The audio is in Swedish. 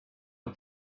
att